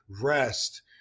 rest